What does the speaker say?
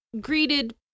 greeted